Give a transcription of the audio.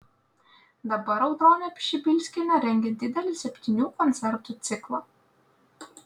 dabar audronė pšibilskienė rengia didelį septynių koncertų ciklą